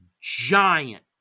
giant